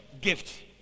gift